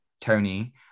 Tony